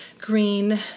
green